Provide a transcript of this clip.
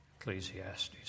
Ecclesiastes